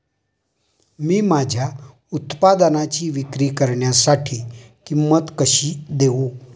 मी माझ्या उत्पादनाची विक्री करण्यासाठी किंमत कशी देऊ?